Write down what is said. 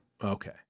Okay